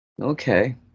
Okay